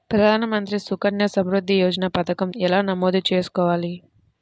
ప్రధాన మంత్రి సుకన్య సంవృద్ధి యోజన పథకం ఎలా నమోదు చేసుకోవాలీ?